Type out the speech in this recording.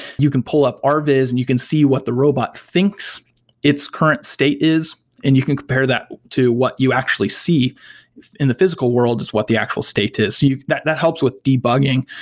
you can pull up ah rvis and you can see what the robot thinks its current state is and you can compare that to what you actually see in the physical world is what the actual state is. that that helps with debugging.